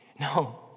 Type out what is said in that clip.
No